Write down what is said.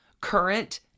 current